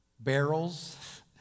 Barrels